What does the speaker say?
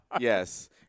Yes